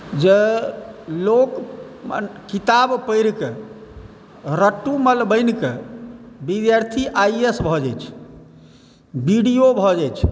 जे लोक किताब पढ़िकऽ रट्टुमल बनिकऽ विद्यार्थी आइ ए एस भऽ जाइ छै बीडीओ भऽ जाइ छै